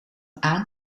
aan